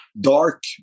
dark